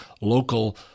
local